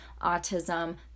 autism